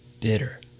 bitter